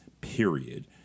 period